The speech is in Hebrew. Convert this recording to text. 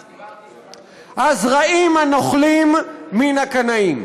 אז, רעים הנוכלים מן הקנאים.